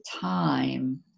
time